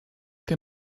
they